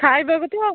ଖାଇବା